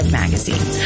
magazine